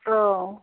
औ